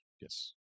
Yes